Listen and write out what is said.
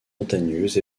montagneuse